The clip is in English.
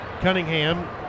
Cunningham